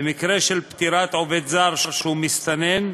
במקרה של פטירת עובד זר שהוא מסתנן,